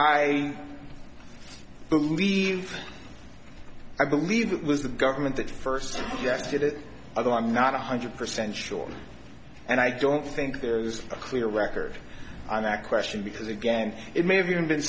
i believe i believe it was the government that first suggested it either i'm not one hundred percent sure and i don't think there's a clear record on that question because again it may have even been